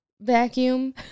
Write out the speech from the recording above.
vacuum